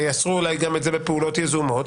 ויעשו אולי גם את זה בפעולות יזומות.